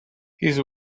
his